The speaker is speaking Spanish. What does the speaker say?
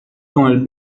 con